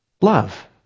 love